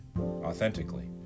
authentically